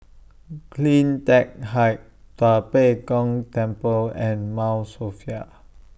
CleanTech Height Tua Pek Kong Temple and Mount Sophia